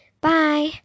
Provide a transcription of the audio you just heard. Bye